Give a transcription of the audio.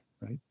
Right